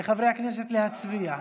לחברי הכנסת להצביע.